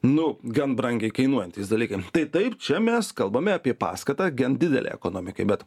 nu gan brangiai kainuojantys dalykai tai taip čia mes kalbame apie paskatą gan didelę ekonomikai bet